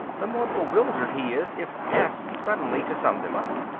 the more bewildered he is if asked suddenly to sum them up.